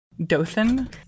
Dothan